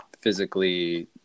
physically